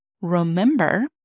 Remember